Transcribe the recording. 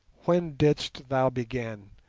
when didst thou begin,